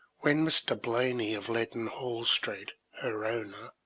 when mr. blaney of leadenhall street, her owner,